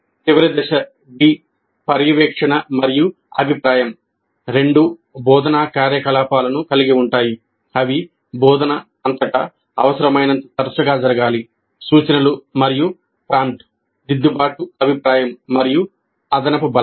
చివరకు దశ D పర్యవేక్షణ మరియు అభిప్రాయం రెండు బోధనా కార్యకలాపాలను కలిగి ఉంటాయి అవి బోధన అంతటా అవసరమైనంత తరచుగా జరగాలి సూచనలు మరియు ప్రాంప్ట్ దిద్దుబాటు అభిప్రాయం మరియు అదనపు బలం